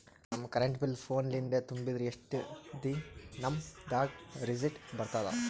ನಮ್ current bill ಫೋನ ಲಿಂದೇ ತುಂಬಿದ್ರ, ಎಷ್ಟ ದಿ ನಮ್ ದಾಗ ರಿಸಿಟ ಬರತದ?